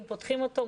אם פותחים אותו,